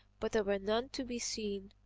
but there were none to be seen.